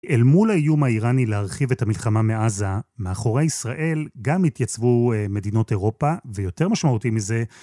אל מול האיום האיראני להרחיב את המלחמה מעזה, מאחורי ישראל גם התייצבו מדינות אירופה, ויותר משמעותי מזה